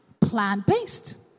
plant-based